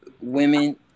women